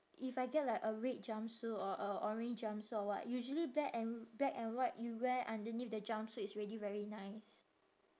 if I get like a red jumpsuit or a orange jumpsuit or what usually black and black and white you wear underneath the jumpsuit it's really very nice